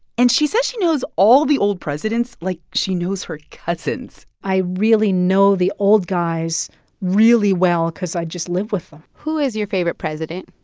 and she said she knows all the old presidents like she knows her cousins i really know the old guys really well because i just live with them who is your favorite president?